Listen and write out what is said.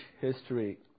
history